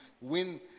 win